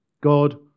God